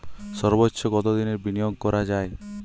সর্বোচ্চ কতোদিনের বিনিয়োগ করা যায়?